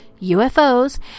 UFOs